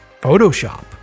Photoshop